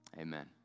Amen